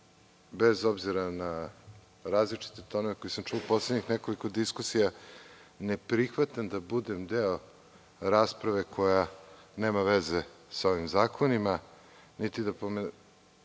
Bez obzira na različite tonove koje sam čuo u poslednjih nekoliko diskusija, ne prihvatam da budem deo rasprave koja nema veze sa ovim zakonima, niti da polemišem